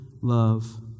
love